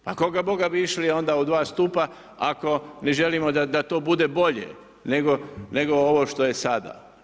Pa koga Boga bi išli u dva stupa ako ne želimo da to bude bolje nego ovo što je sada.